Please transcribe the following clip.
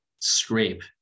scrape